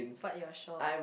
but you are short